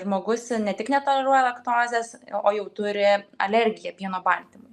žmogus ne tik netoleruoja laktozės o jau turi alergiją pieno baltymui